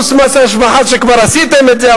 פלוס מס ההשבחה שכבר עשיתם את זה,